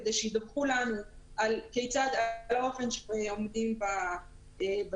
כדי שידווחו על האופן שבו הם עומדים בתשלומים.